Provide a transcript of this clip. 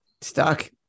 Stuck